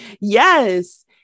Yes